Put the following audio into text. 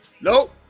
Nope